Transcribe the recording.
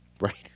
Right